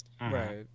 right